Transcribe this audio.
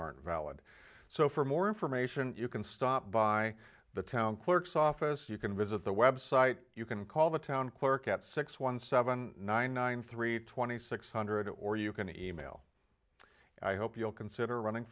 aren't valid so for more information you can stop by the town clerk's office you can visit the website you can call the town clerk at six one seven nine nine three twenty six hundred or you can e mail i hope you'll consider running